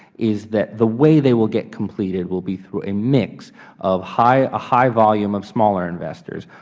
is that the way they will get completed will be through a mix of high high volume of smaller investors,